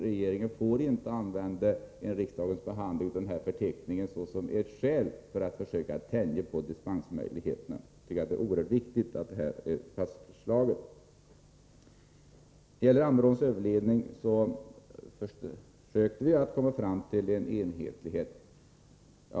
Regeringen får inte hänvisa till riksdagens behandling av förteckningen i fråga som skäl för att tänja på dispensbestämmelserna. Jag upprepar att det är mycket viktigt att detta blir fastslaget. När det gäller Ammeråns överledning försökte vi komma fram till enighet.